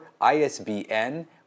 ISBN